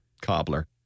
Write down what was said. cobbler